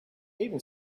even